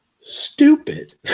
stupid